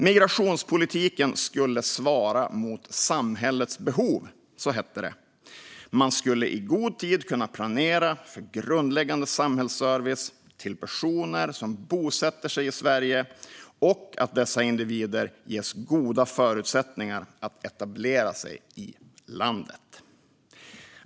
Migrationspolitiken skulle svara mot samhällets behov, hette det. Man skulle i god tid planera för grundläggande samhällsservice till personer som bosätter sig i Sverige och ge dessa individer goda förutsättningar att etablera sig i landet.